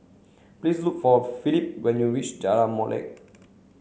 please look for Phillip when you reach Jalan Molek